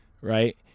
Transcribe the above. right